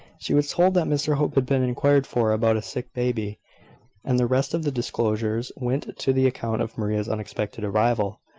she was told that mr hope had been inquired for, about a sick baby and the rest of the discourse went to the account of maria's unexpected arrival.